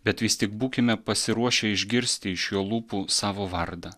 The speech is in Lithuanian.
bet vis tik būkime pasiruošę išgirsti iš jo lūpų savo vardą